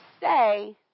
say